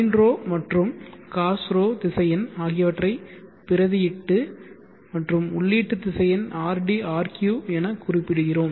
Sin𝜌 மற்றும் Cos𝜌 திசையன் ஆகியவற்றை பிரதியீடு மற்றும் உள்ளீட்டு திசையன் rd rq என குறிப்பிடுகிறோம்